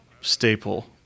staple